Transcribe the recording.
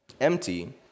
empty